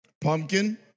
pumpkin